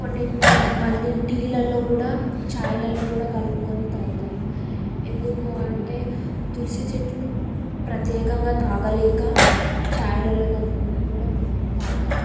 కొన్ని కొంత మంది టీలలో కూడా చాయ్లలో కూడా కలుపుకుని తాగుతారు ఎందుకు అంటే తులసి చెట్టును ప్రత్యేకంగా తాగలేక చాయ్లలో కలుపుకుని కూడా తిన్ తాగుతారు